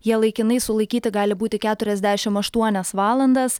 jie laikinai sulaikyti gali būti keturiasdešimt aštuonias valandas